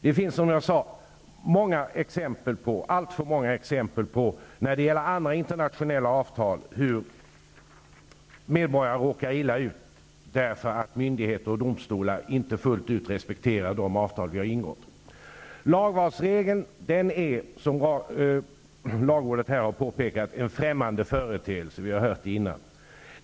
Det finns, som jag sade, när det gäller andra internationella avtal alltför många exempel på att medborgare råkar illa ut därför att myndigheter och domstolar inte fullt ut respekterar de avtal som vi har ingått. Lagvalsregeln är, som lagrådet här har påpekat, en främmande företeelse.